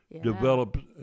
develop